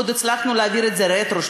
ועוד הצלחנו להעביר את זה רטרו,